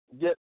get